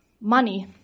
money